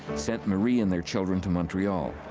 sent marie and their children to montreal.